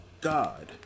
God